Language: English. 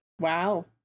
wow